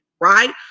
right